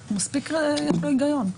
אני מבקשת רגע את זכות הדיבור ברשות יו"ר הוועדה.